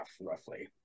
roughly